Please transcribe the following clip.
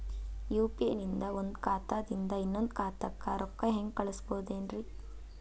UPI ನಿಂದ ಒಂದ್ ಖಾತಾದಿಂದ ಇನ್ನೊಂದು ಖಾತಾಕ್ಕ ರೊಕ್ಕ ಹೆಂಗ್ ಕಳಸ್ಬೋದೇನ್ರಿ?